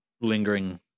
lingering